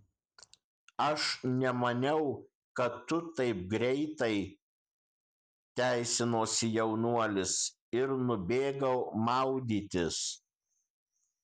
aš nemaniau kad tu taip greitai teisinosi jaunuolis ir nubėgau maudytis